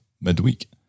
midweek